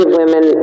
women